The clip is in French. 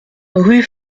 rue